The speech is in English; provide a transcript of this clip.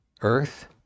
earth